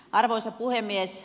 arvoisa puhemies